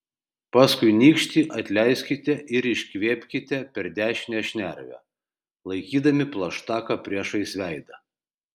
paskui nykštį atleiskite ir iškvėpkite per dešinę šnervę laikydami plaštaką priešais veidą